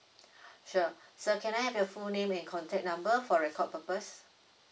sure sir can I have your full name and contact number for record purpose